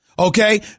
Okay